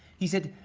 he said,